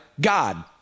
God